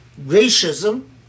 racism